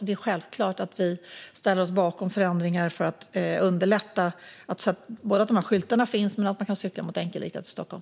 Det är självklart att vi ställer oss bakom förändringar för att underlätta både att dessa skyltar finns och att man kan cykla mot enkelriktat i Stockholm.